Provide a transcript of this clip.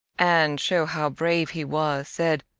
and show how brave he was, said,